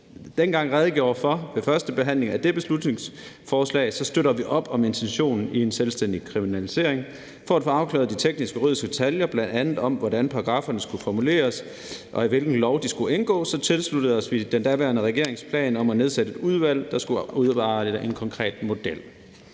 dengang redegjorde for ved førstebehandlingen af det beslutningsforslag, støtter vi op om intentionen i en selvstændig kriminalisering. For at få afklaret de tekniske, juridiske detaljer, bl.a. om, hvordan paragrafferne skulle formuleres, og i hvilken lov de skulle indgås, tilsluttede vi os den daværende regerings plan om at nedsætte et udvalg, der skulle udarbejde en konkret model.